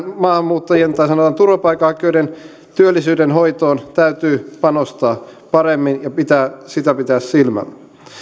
maahanmuuttajien tai sanotaan turvapaikanhakijoiden työllisyyden hoitoon täytyy panostaa paremmin ja sitä pitää silmällä